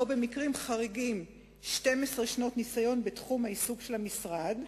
או במקרים חריגים 12 שנות ניסיון בתחום העיסוק של המשרד.